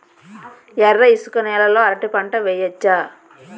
ఎర్ర ఇసుక నేల లో అరటి పంట వెయ్యచ్చా?